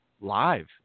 live